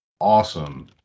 awesome